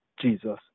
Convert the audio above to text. Jesus